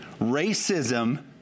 Racism